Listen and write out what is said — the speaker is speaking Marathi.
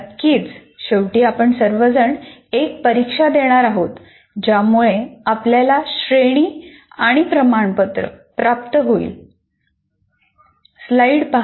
नक्कीच शेवटी आपण सर्वजण एक परीक्षा देणार आहोत ज्यामुळे आपल्याला श्रेणी आणि प्रमाणपत्र प्राप्त होईल